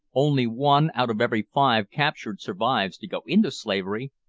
only one out of every five captured survives to go into slavery,